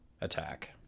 attack